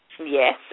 Yes